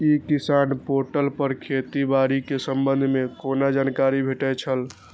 ई किसान पोर्टल पर खेती बाड़ी के संबंध में कोना जानकारी भेटय छल?